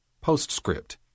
Postscript